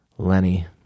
Lenny